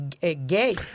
gay